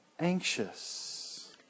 anxious